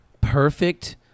Perfect